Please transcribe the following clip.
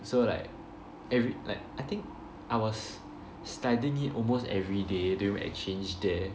so like every~ like I think I was studying it almost every day during exchange there